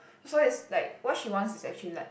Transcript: so it's like what she wants is actually like